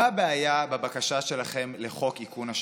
מה הבעיה בבקשה שלכם לחוק איכון השב"כ?